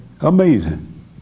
Amazing